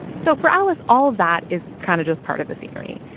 so for alice, all of that is kind of just part of the scenery.